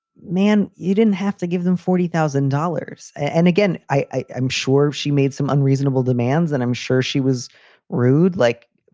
man, you didn't have to give them forty thousand dollars. and again, i'm sure she made some unreasonable demands and i'm sure she was rude. like,